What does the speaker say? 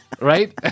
right